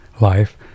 life